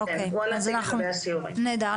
נהדר.